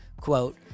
Quote